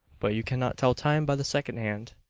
but you cannot tell time by the second hand.